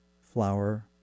flower